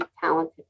talented